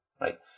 right